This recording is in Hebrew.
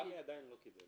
רמ"י עדיין לא קיבל